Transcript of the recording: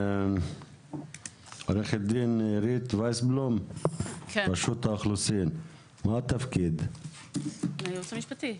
עורכת הדין עירית ויסלום, הייעוץ המשפטי,